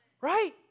Right